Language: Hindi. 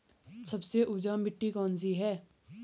सबसे उपजाऊ मिट्टी कौन सी है?